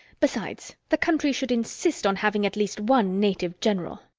besides, the country should insist on having at least one native general.